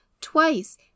Twice